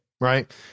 right